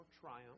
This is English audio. triumph